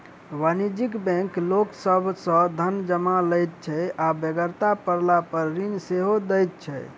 वाणिज्यिक बैंक लोक सभ सॅ धन जमा लैत छै आ बेगरता पड़लापर ऋण सेहो दैत छै